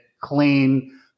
clean